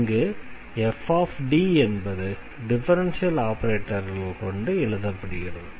இங்கு fD என்பது differential ஆபரேட்டர்கள் கொண்டு எழுதப்படுகிறது